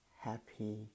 Happy